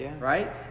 right